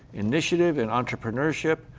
initiative and entrepreneurship,